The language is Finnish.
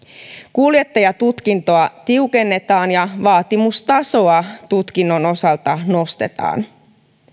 kuljettajatutkintoa tiukennetaan ja vaatimustasoa tutkinnon osalta nostetaan